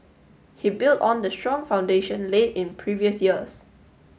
he built on the strong foundation laid in previous years